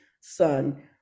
son